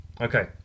Okay